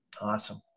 Awesome